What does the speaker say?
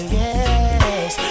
yes